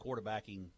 quarterbacking